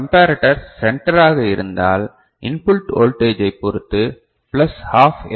comparator சென்டராக இருந்தால் input வோல்டேஜைப் பொறுத்து பிளஸ் ஹாப் எல்